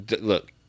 Look